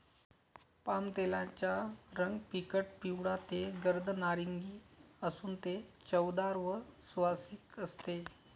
पामतेलाचा रंग फिकट पिवळा ते गर्द नारिंगी असून ते चवदार व सुवासिक असते